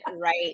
Right